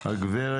הגב'